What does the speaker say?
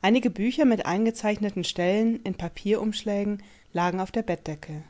einige bücher mit eingezeichneten stellen in papierumschlägen lagen auf der bettdecke